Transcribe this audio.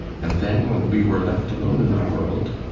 and then when we were left alone in the world,